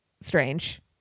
strange